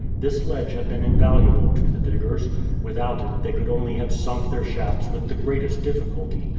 this ledge had been invaluable to the diggers without it they could only have sunk their shafts with the greatest difficulty,